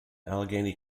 allegany